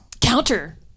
counter